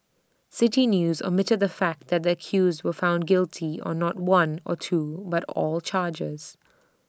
City News omitted the fact that the accused were found guilty on not one or two but all charges